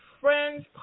Friends